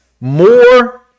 more